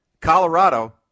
Colorado